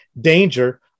danger